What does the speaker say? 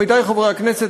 עמיתי חברי הכנסת,